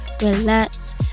relax